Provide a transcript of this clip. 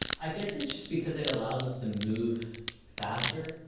i guess it's just because it allows us to move faster,